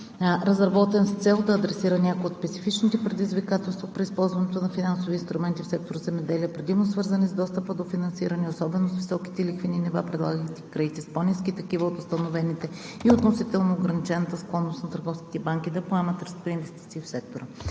разработен с цел да адресира някои от специфичните предизвикателства при използването на финансови инструменти в сектор „Земеделие“, предимно свързани с достъпа до финансиране и особено с високите лихвени нива, предлаганите кредити с по-ниски такива от установените и относително ограничената склонност на търговските банки да поемат риска за инвестиции в сектора.